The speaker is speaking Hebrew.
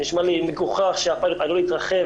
זה נשמע לי מגוחך שהפיילוט עלול להתרחב,